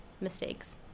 mistakes